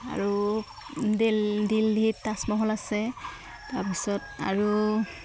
আৰু দেল্হীত তাজমহল আছে তাৰপিছত আৰু